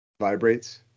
vibrates